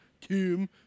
Tim